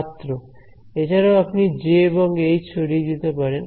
ছাত্র এছাড়াও আপনি জে এবং এইচ সরিয়ে দিতে পারেন